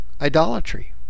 idolatry